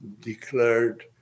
declared